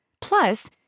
Plus